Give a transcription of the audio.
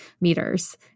meters